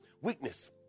Weakness